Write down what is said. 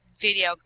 video